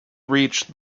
reached